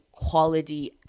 quality